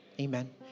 Amen